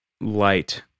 light